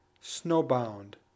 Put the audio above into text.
Snowbound